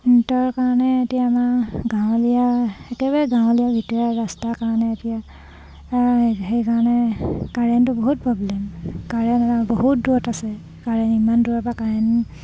কাৰেণ্টৰ কাৰণে এতিয়া আমাৰ গাঁৱলীয়া একেবাৰে গাঁৱলীয়া ভিতৰত ৰাস্তাৰ কাৰণে এতিয়া সেইকাৰণে কাৰেণ্টটো বহুত প্ৰব্লেম কাৰেণ্ট বহুত দূৰত আছে কাৰেণ্ট ইমান দূৰৰ পৰা কাৰেণ্ট